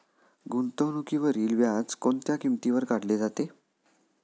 गुंतवणुकीवरील व्याज कोणत्या किमतीवर काढले जाते?